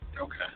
Okay